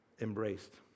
embraced